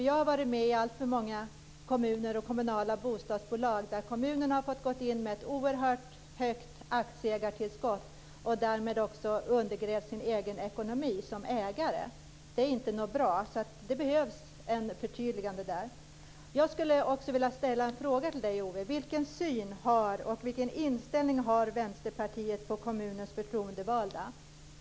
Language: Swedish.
Jag har varit med om alltför många kommuner och kommunala bostadsbolag där kommunen har fått gå in med ett oerhört högt aktieägartillskott och därmed också undergrävt sin egen ekonomi som ägare. Det är inte bra. Det behövs ett förtydligande där. Vilken syn och inställning har Vänsterpartiet när det gäller kommunens förtroendevalda?